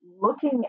looking